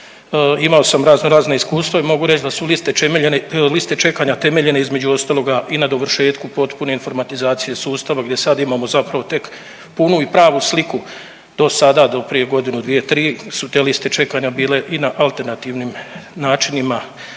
imao sam razno razna iskustva i mogu reći da su liste čekanja temeljene između ostaloga i na dovršetku potpune informatizacije sustava gdje sad imamo zapravo tek punu i pravu sliku do sada, do prije godinu, dvije, tri su te liste čekanja bile i na alternativnim načinima